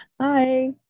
Hi